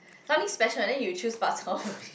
something special and then you choose bak-chor-mee